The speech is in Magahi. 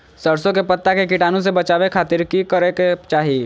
सरसों के पत्ता के कीटाणु से बचावे खातिर की करे के चाही?